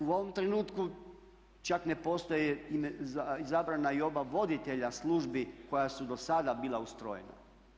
U ovom trenutku čak ne postoje izabrana i oba voditelja službi koja su do sada bila ustrojena.